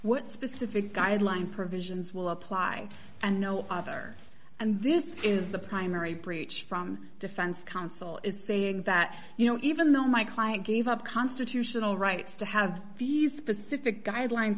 what specific guidelines provisions will apply and no other and this is the primary breach from defense counsel is that you know even though my client gave up constitutional rights to have these specific guidelines